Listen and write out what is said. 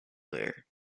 lear